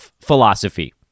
philosophy